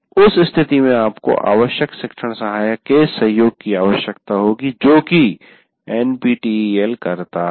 उस स्थिति में आपको आवश्यक शिक्षण सहायक के सहयोग की आवश्यकता होगी जो कि एनपीटीईएल करता है